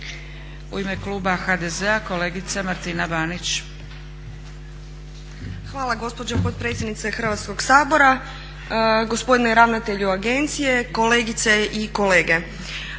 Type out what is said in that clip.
U ime kluba HDZ-a kolegica Martina Banić. **Banić, Martina (HDZ)** Hvala gospođo potpredsjednice Hrvatskog sabora, gospodine ravnatelju agencije, kolegice i kolege.